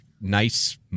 nice